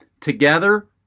Together